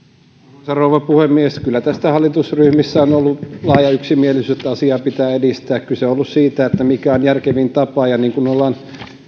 arvoisa rouva puhemies kyllä tästä hallitusryhmissä on ollut laaja yksimielisyys että asiaa pitää edistää kyse on ollut siitä mikä on järkevin tapa ja niin kuin on